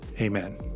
Amen